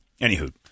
Anywho